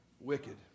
wicked